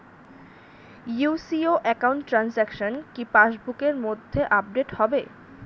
UCO account transaction কি পাস বুকের মধ্যে আপডেট হবে?